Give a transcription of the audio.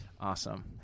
Awesome